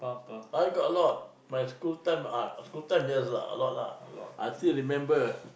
now got a lot my school time ah school time yes lah a lot lah I still remember